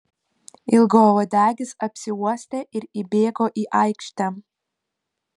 ilgauodegis apsiuostė ir įbėgo į aikštę